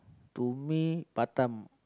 to me Batam